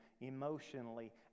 emotionally